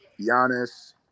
Giannis